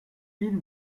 film